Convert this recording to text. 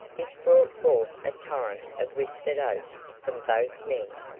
this brought forth a torrent of whispered oaths from both men.